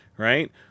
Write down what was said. Right